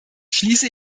schließe